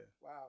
Wow